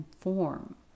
form